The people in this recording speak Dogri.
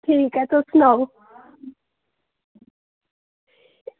ठीक ऐ तुस सनाओ